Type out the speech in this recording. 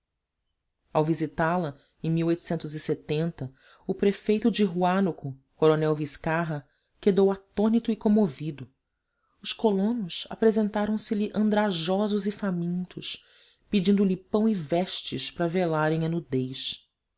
ao visitá-la em o prefeito de huánuco coronel vizcarra quedou atônito e comovido os colonos apresentaram se lhe andrajosos e famintos pedindo-lhe pão e vestes para velarem a nudez